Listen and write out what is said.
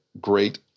great